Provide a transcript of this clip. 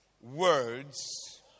words